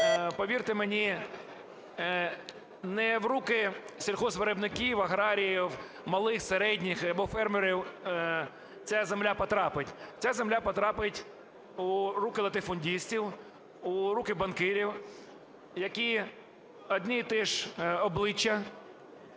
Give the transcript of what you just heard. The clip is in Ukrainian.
повірте мені, не в руки сільгоспвиробників, аграріїв малих і середніх або фермерів ця земля потрапить. Ця земля потрапить у руки латифундистів, у руки банкірів, які одні і ті ж обличчя